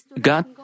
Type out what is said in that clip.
God